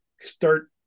start